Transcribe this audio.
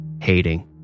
hating